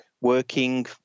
working